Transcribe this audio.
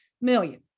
million